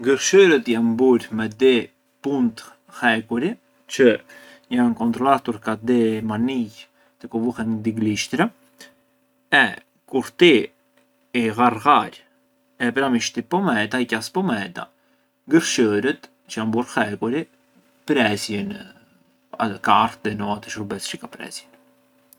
Gërshërët janë burë me dy puntë hekuri çë jane kontrolartur ka dy manij te ku vuhen dy glishtra e kur ti i llarghar e pran i shtyp pometa, i qas pometa, gërshërët, çë janë burë hekuri presjën kartën o atë shurbes çë ka presjën.